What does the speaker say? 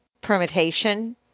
permutation